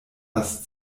das